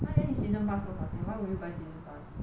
那年 season pass 多少钱 why would you buy season pass